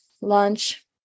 lunch